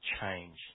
change